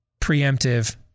preemptive